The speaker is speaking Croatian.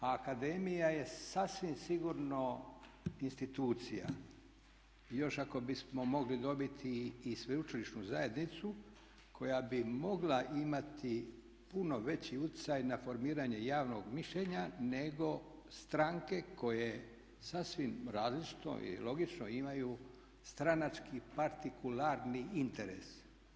A akademija je sasvim sigurno institucija i još ako bismo mogli dobiti i sveučilišnu zajednicu koja bi mogla imati puno veći utjecaj na formiranje javnog mišljenja nego stranke koje sasvim različito i logično imaju stranački partikularni interes.